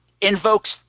invokes